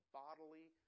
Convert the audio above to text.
bodily